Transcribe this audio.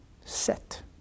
set